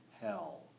hell